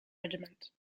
regiment